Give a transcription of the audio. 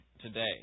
today